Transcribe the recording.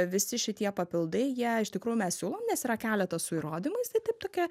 visi šitie papildai jie iš tikrųjų mes siūlom nes yra keletas su įrodymais tai taip tokia